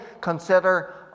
consider